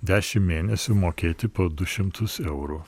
dešim mėnesių mokėti po du šimtus eurų